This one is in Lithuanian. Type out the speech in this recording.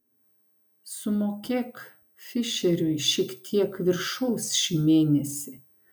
sumokėk fišeriui šiek tiek viršaus šį mėnesį